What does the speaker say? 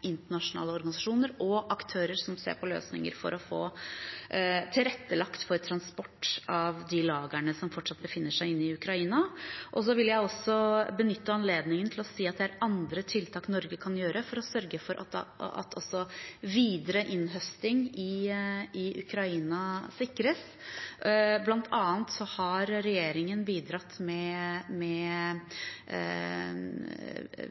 internasjonale organisasjoner og aktører som ser på løsninger for å få tilrettelagt for transport av de lagrene som fortsatt befinner seg inne i Ukraina. Så vil jeg også benytte anledningen til å si at det er andre tiltak Norge kan gjøre for å sørge for at også videre innhøsting i Ukraina sikres. Blant annet har regjeringen for kort tid siden bidratt med